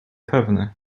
pewny